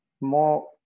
more